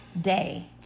day